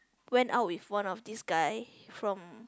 went out with one of this guy from